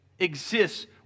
Exists